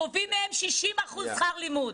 גובים מהם 60% שכר לימוד,